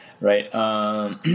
Right